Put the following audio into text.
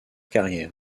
carrière